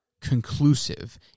conclusive